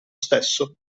stesso